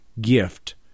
gift